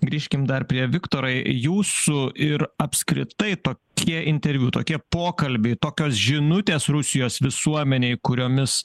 grįžkim dar prie viktorai jūsų ir apskritai tokie interviu tokie pokalbiai tokios žinutės rusijos visuomenei kuriomis